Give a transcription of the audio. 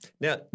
now